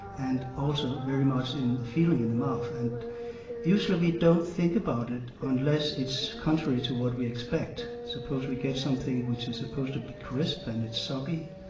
and also, very much in feeling in the mouth. and usually we don't think about it, unless it's contrary to what we expect. suppose we get something which is supposed to be crisp and it's soggy,